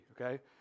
okay